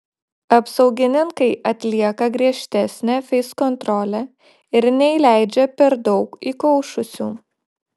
apsaugininkai atlieka griežtesnę feiskontrolę ir neįleidžia per daug įkaušusių